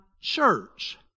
church